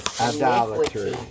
idolatry